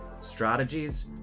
strategies